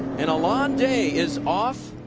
and alon day is off